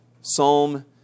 Psalm